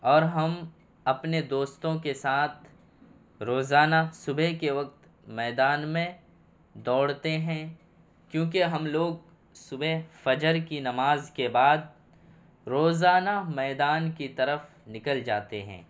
اور ہم اپنے دوستوں کے ساتھ روزانہ صبح کے وقت میدان میں دوڑتے ہیں کیوں کہ ہم لوگ صبح فجر کی نماز کے بعد روزانہ میدان کی طرف نکل جاتے ہیں